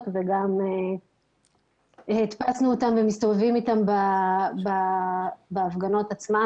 וגם הדפסנו אותם ומסתובבים איתם בהפגנות עצמן.